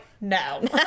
no